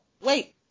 wait